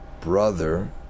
brother